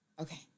Okay